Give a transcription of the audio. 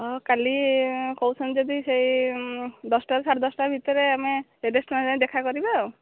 ହଁ କାଲି କହୁଛନ୍ତି ଯଦି ସେ ଦଶଟାରୁ ସାଢ଼େ ଦଶଟା ଭିତରେ ଆମେ ରେଷ୍ଟୁରାଣ୍ଟରେ ଯାଇ ଦେଖା କରିବା